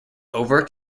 over